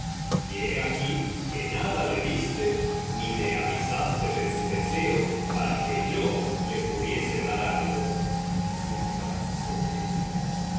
y he aquí que nada le diste ni me avisaste de su deseo para que yo le pudiese dar algo y griafar contestó oh